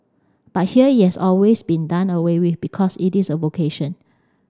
but here is always been done away with because it is a vocation